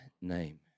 name